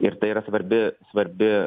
ir tai yra svarbi svarbi